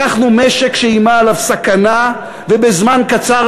לקחנו משק שאיימה עליו סכנה ובזמן קצר